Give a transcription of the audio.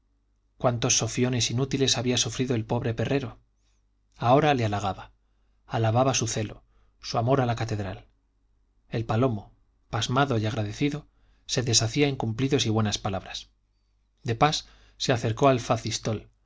cuántos sofiones inútiles había sufrido el pobre perrero ahora le halagaba alababa su celo su amor a la catedral el palomo pasmado y agradecido se deshacía en cumplidos y buenas palabras de pas se acercó al facistol